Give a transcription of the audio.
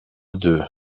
deux